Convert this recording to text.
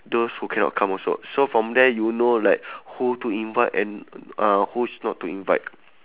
those who cannot come also so from there you know like who to invite and uh who not to invite